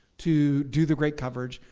to do the great coverage.